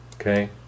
okay